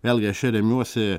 vėlgi aš čia remiuosi